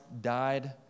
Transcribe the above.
died